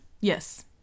Yes